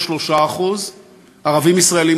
43%; ערבים ישראלים,